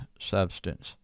substance